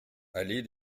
allée